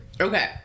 Okay